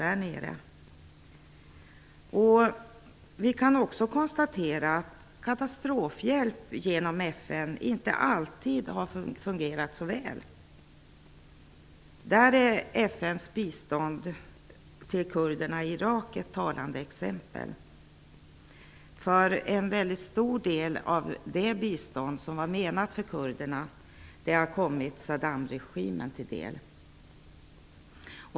Man kan också konstatera att katastrofhjälp genom FN inte alltid har fungerat så väl. FN:s bistånd till kurderna i Irak är ett talande exempel. En väldigt stor del av det bistånd som var menat för kurderna har kommit Saddamregimen till del.